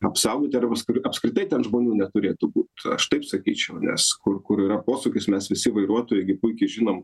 apsaugoti arba apskri apskritai ten žmonių neturėtų būt aš taip sakyčiau nes kur kur yra posūkis mes visi vairuotojai gi puikiai žinom